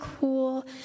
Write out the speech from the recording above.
cool